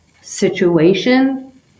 situation